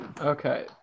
Okay